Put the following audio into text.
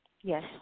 Yes